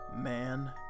man